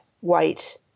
white